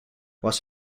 was